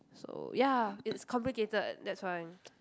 so ya it's complicated that's why